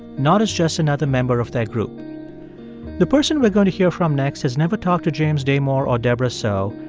not as just another member of their group the person we're going to hear from next has never talked to james damore or deborah soh,